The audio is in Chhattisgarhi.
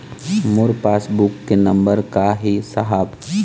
मोर पास बुक के नंबर का ही साहब?